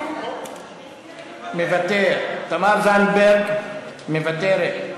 מוותר, תמר זנדברג, מוותרת,